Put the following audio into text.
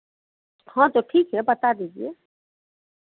हाँ तो ठीक है बता दीजिए